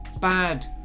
bad